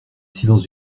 silence